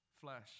Flesh